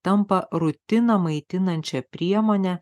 tampa rutiną maitinančia priemone